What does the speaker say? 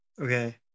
Okay